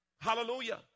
Hallelujah